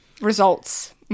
results